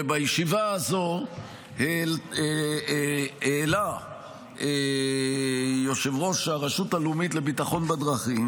בישיבה הזאת העלה יושב-ראש הרשות הלאומית לבטיחות בדרכים,